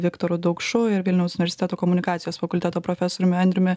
viktoru daukšu ir vilniaus universiteto komunikacijos fakulteto profesoriumi andriumi